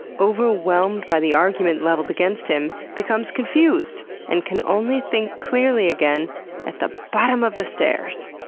overwhelmed by the argument levelled against him, becomes confused and can only think clearly again at the bottom of the stairs.